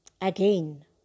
Again